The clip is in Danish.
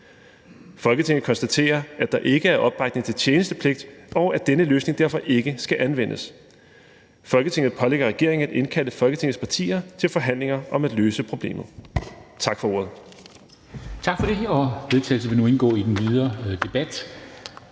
Folketinget konstaterer, at der ikke er opbakning til tjenestepligt, og at denne løsning derfor ikke skal anvendes. Folketinget pålægger regeringen at indkalde Folketingets partier til forhandlinger om at løse problemet.« (Forslag